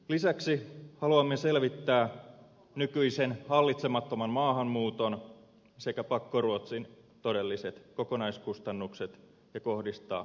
lisäksi haluamme selvittää nykyisen hallitsemattoman maahanmuuton sekä pakkoruotsin todelliset kokonaiskustannukset ja kohdistaa leikkauksia niihin